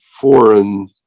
foreign